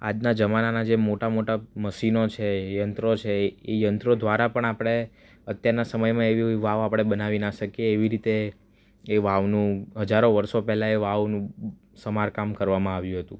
આજના જમાનાના જે મોટા મોટા મશીનો છે યંત્રો છે એ યંત્ર દ્વારા પણ આપણે અત્યારના સમયમાં પણ એવી એવી વાવ આપણે બનાવી ન શકીએ એવી રીતે એ વાવનું હજારો વર્ષો પહેલાં સમારકામ કરવામાં આવ્યું હતું